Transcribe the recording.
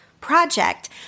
project